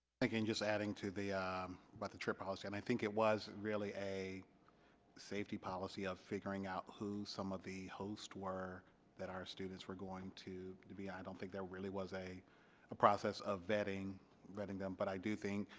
again just adding to the but the trip policy and i think it was really a safety policy of figuring out who some of the hosts were that our students were going to to be at. i don't think there really was a a process of vetting vetting them but i do think